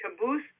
caboose